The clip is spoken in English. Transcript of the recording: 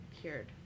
cured